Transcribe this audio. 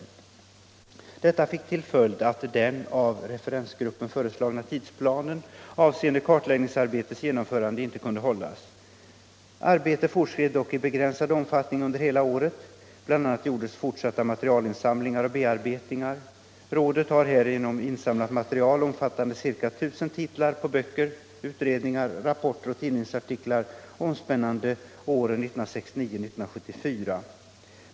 Detta fick till följd att den av referensgruppen föreslagna tidsplanen avseende kartläggningsarbetets genomförande inte kunde hållas. Arbetet fortskred dock i begränsad omfattning under hela året. Bl. a. gjordes fortsatta materialinsamlingar och bearbetningar. Rådet har härigenom insamlat material omfattande ca 1000 titlar på böcker, utredningar, rapporter och tidningsartiklar, omspännande åren 1969-1974.